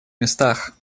местах